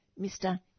Mr